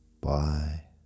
Bye